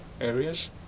areas